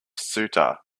ceuta